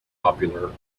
popular